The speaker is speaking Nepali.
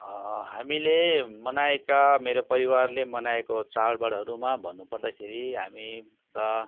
हामीले मनाएका मेरो परिवारले मनाएको चाडबाडहरूमा भन्नु पर्दाखेरि हामी त